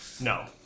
No